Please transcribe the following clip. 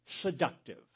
seductive